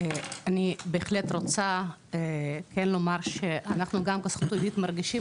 אני בהחלט רוצה כן לומר שאנחנו גם בסוכנות היהודית מרגישים